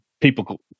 people